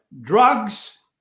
Drugs